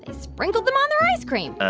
ah sprinkled them on their ice cream.